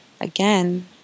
again